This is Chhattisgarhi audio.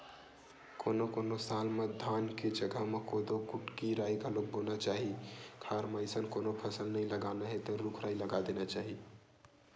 कोनो कोनो साल म धान के जघा म कोदो, कुटकी, राई घलोक बोना चाही खार म अइसन कोनो फसल नइ लगाना हे त रूख राई लगा देना चाही